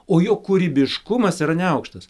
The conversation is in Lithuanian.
o jo kūrybiškumas yra neaukštas